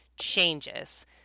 changes